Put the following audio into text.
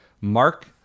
Mark